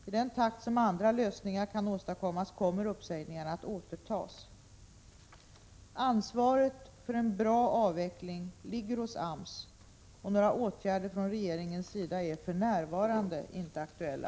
I den takt som andra lösningar kan åstadkommas, kommer uppsägningarna att återtas. Ansvaret för en bra avveckling ligger hos AMS, och några åtgärder från regeringens sida är för närvarande inte aktuella.